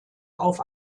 auf